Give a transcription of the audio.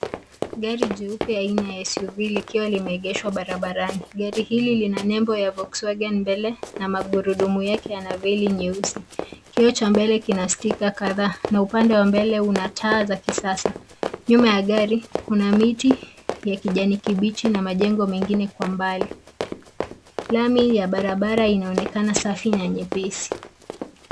Gari la SUV limeegeshwa barabarani, likiwa na sanduku kubwa mbele na magurudumu ya rangi nyeusi. Upande wa mbele una muundo wa kisasa na kuvutia. Gari linapishana na miti ya kijani kibichi na majengo mengine yaliyo mbali.